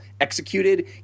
executed